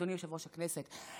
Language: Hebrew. אדוני יושב-ראש הישיבה,